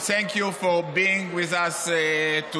Thank you for being with us today.